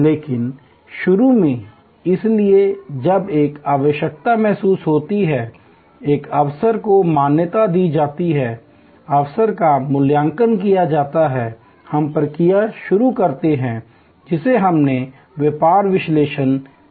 लेकिन शुरू में इसलिए जब एक आवश्यकता महसूस होती है एक अवसर को मान्यता दी जाती है अवसर का मूल्यांकन किया जाता है हम प्रक्रिया शुरू करते हैं जिसे हमने व्यापार विश्लेषण चरण कहा